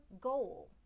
goal